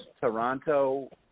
Toronto